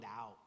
out